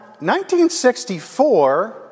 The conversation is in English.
1964